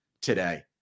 today